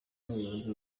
n’umuyobozi